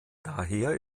daher